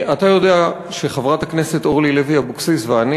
אתה יודע שחברת הכנסת אורלי לוי אבקסיס ואני